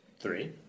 Three